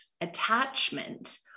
attachment